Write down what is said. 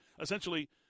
Essentially